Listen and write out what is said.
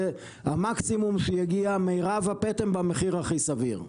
המקסימום שיגיע מירב הפטם במחיר הכי סביר.